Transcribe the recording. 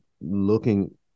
looking